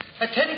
attend